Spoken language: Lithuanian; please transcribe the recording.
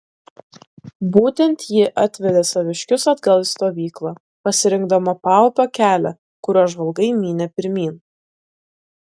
būtent ji atvedė saviškius atgal į stovyklą pasirinkdama paupio kelią kuriuo žvalgai mynė pirmyn